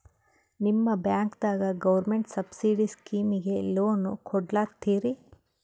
ನಿಮ ಬ್ಯಾಂಕದಾಗ government subsidy ಸ್ಕೀಮಿಗಿ ಲೊನ ಕೊಡ್ಲತ್ತೀರಿ?